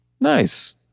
Nice